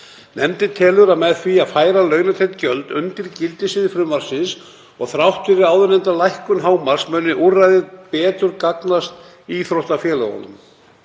Nefndin telur að með því að færa launatengd gjöld undir gildissvið frumvarpsins og þrátt fyrir áðurnefnda lækkun hámarks muni úrræðið betur gagnast íþróttafélögum.